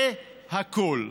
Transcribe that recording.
זה הכול.